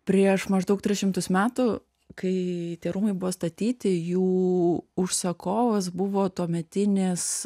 prieš maždaug tris šimtus metų kai tie rūmai buvo statyti jų užsakovas buvo tuometinis